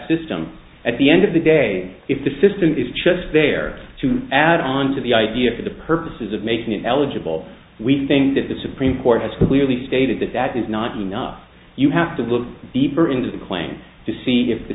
system at the end of the day if the system is just there to add on to the idea for the purposes of making an eligible we think that the supreme court has clearly stated that that is not enough you have to look deeper into the claims to see if the